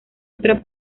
otra